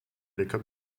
écope